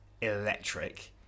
electric